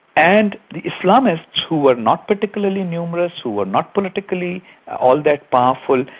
and islamists who were not particularly numerous, who were not politically all that powerful,